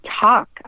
talk